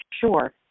sure